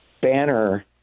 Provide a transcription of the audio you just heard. banner